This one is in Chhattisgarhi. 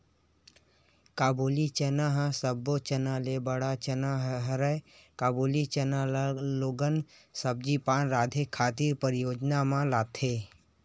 काबुली चना ह सब्बो चना ले बड़का चना हरय, काबुली चना ल लोगन सब्जी पान राँधे खातिर परियोग म लाथे